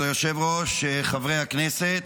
כבוד היושב-ראש, חברי הכנסת,